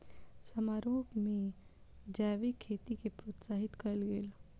समारोह में जैविक खेती के प्रोत्साहित कयल गेल